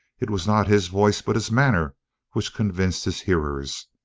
it was not his voice but his manner which convinced his hearers,